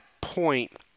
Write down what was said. point